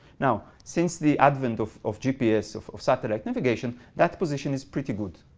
now since the advent of of gps, of of satellite navigation, that position is pretty good.